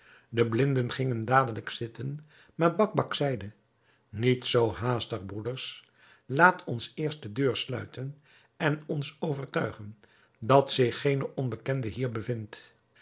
de blinden gingen dadelijk zitten maar bakbac zeide niet zoo haastig broeders laat ons eerst de deur sluiten en ons overtuigen dat zich geen onbekende hier bevindt